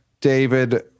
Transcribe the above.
David